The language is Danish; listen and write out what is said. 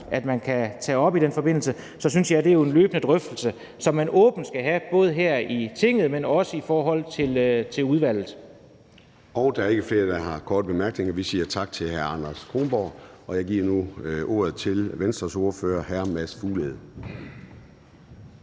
at man kan tage op i den forbindelse, synes jeg, det er en løbende drøftelse, som man åbent skal have både her i Tinget, men også i forhold til udvalget. Kl. 10:16 Formanden (Søren Gade): Der er ikke flere, der har korte bemærkninger, og vi siger tak til hr. Anders Kronborg. Jeg giver nu ordet til Venstres ordfører, hr. Mads Fuglede.